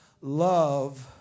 love